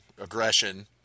aggression